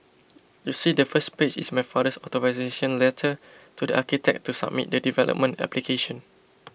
you see the first page is my father's authorisation letter to the architect to submit the development application